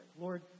Lord